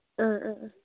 ꯎꯝ ꯎꯝ ꯎꯝ